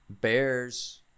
Bears